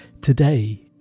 Today